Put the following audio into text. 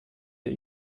der